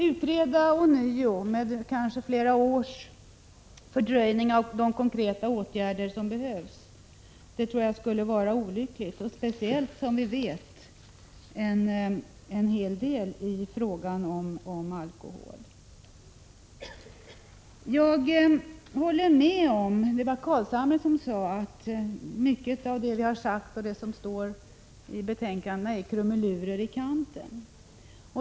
Att ånyo utreda, med kanske flera års fördröjning av de konkreta åtgärder som behövs, tycker vi skulle vara olyckligt, speciellt som vi vet en hel del i fråga om alkohol. Jag håller med om vad Nils Carlshamre sade, att mycket av vad vi sagt och vad som står i betänkandet och yttrandet är krumelurer i kanten.